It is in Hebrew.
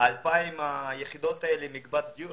שה-2,000 יחידות האלה מקבץ הדיור,